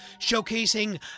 showcasing